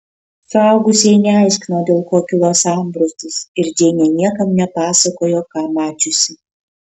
suaugusieji neaiškino dėl ko kilo sambrūzdis ir džeinė niekam nepasakojo ką mačiusi